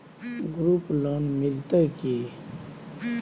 Group loan मिलतै की?